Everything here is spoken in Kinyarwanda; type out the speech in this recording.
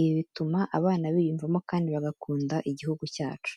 Ibi bituma abana biyumvamo kandi bagakunda Igihugu cyacu .